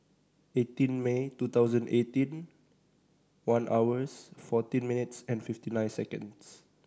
eighteen May two thousand eighteen one hours fourteen minutes and fifty nine seconds